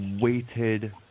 weighted